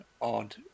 odd